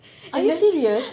are you serious